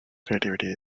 creativity